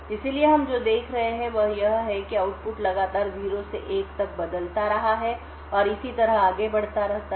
इसलिए हम जो देख रहे हैं वह यह है कि यह आउटपुट लगातार 0 से 1 तक बदलता रहता है और इसी तरह आगे बढ़ता रहता है